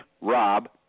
rob